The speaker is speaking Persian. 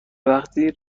وفتی